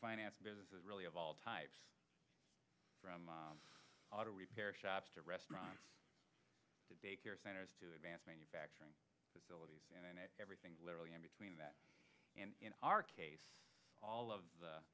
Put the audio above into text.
finance business is really of all types of auto repair shops to restaurants to day care centers to advanced manufacturing facilities everything literally in between that in our case all of the